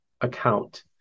account